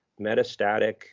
metastatic